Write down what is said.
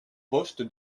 poste